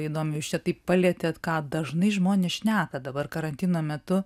įdomiai jūs čia taip palietėt ką dažnai žmonės šneka dabar karantino metu